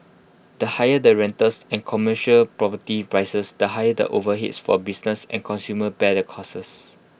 the higher the rentals and commercial property prices the higher the overheads for businesses and consumers bear the costs